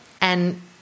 And-